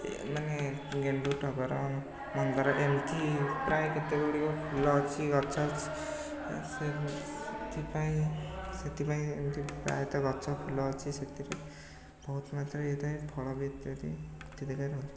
ଏ ମାନେ ଗେଣ୍ଡୁ ଟଗର ମନ୍ଦାର ଏମିତି ପ୍ରାୟ କେତେଗୁଡ଼ିକ ଫୁଲ ଅଛି ଗଛ ଅଛି ସେ ସେଥିପାଇଁ ସେଥିପାଇଁ ଏମିତି ପ୍ରାୟତଃ ଗଛ ଫୁଲ ଅଛି ସେଥିରେ ବହୁତମାତ୍ରାରେ ହେଇଥାଏ ଫଳ ଭିତରେ ଇତ୍ୟାଦି